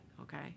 okay